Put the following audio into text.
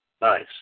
Nice